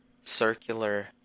circular